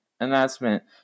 announcement